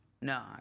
No